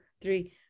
three